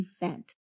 event